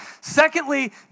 Secondly